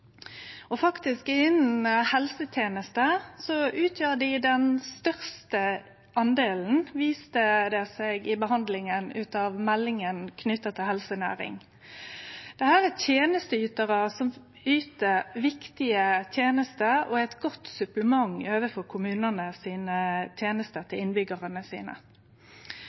dei faktisk den største delen, viser det seg i behandlinga av meldinga om helsenæring. Dette er tenesteytarar som yter viktige tenester og er eit godt supplement i kommunane sine tenester til innbyggjarane.